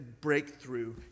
breakthrough